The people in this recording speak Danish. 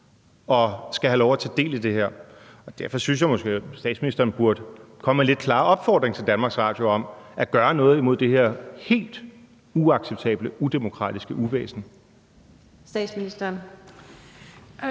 og skal have lov at tage del i det her. Derfor synes jeg måske, at statsministeren burde komme med en lidt klarere opfordring til DR om at gøre noget imod det her helt uacceptable udemokratiske uvæsen.